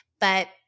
but-